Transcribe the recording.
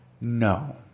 No